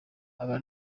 aba